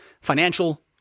financial